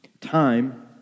Time